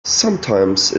sometimes